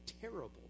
terrible